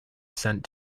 sent